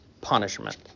punishment